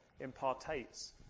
impartates